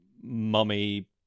mummy